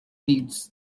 needs